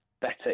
better